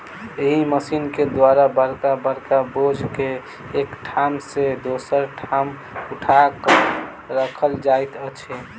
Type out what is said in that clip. एहि मशीन के द्वारा बड़का बड़का बोझ के एक ठाम सॅ दोसर ठाम उठा क राखल जाइत अछि